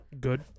Good